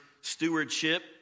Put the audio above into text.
stewardship